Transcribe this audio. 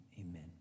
amen